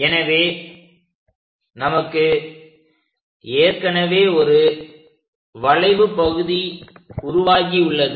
எனவே நமக்கு ஏற்கனவே ஒரு வளைவு பகுதி உருவாகியுள்ளது